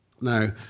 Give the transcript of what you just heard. Now